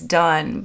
done